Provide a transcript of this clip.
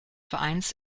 vereins